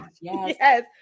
Yes